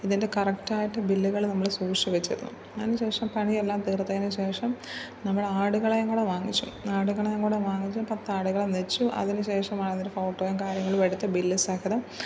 ഇതിൻ്റെ കറക്റ്റ് ആയിട്ട് ബില്ലുകൾ നമ്മൾ സൂക്ഷിച്ചുവച്ചിരുന്നു അതിനുശേഷം പണിയെല്ലാം തീർത്തതിനു ശേഷം നമ്മൾ ആടുകളേയും കൂടെ വാങ്ങിച്ചു ആടുകളേയും കൂടി വാങ്ങിച്ച് പത്ത് ആടുകളെ മേയ്ച്ചു അതിനുശേഷം ആണ് അതിൽ ഫോട്ടോയും കാര്യങ്ങളും എടുത്ത ബില്ല് സഹിതം